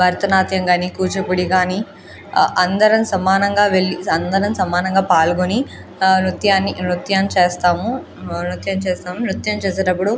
భరతనాట్యం కాని కూచిపూడి కాని అందరం సమానంగా వెళ్ళి అందరం సమానంగా పాల్గొని నృత్యాన్ని నృత్యం చేస్తాము నృత్యం చేస్తాము నృత్యం చేసేటప్పుడు